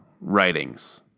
writings